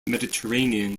mediterranean